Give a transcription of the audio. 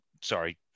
Sorry